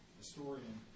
historian